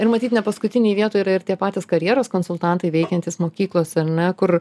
ir matyt ne paskutinėj vietoj yra ir tie patys karjeros konsultantai veikiantys mokyklose na kur